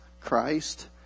Christ